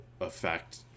affect